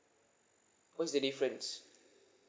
what's the difference